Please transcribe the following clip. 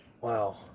Wow